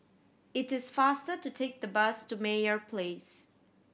it is faster to take the bus to Meyer Place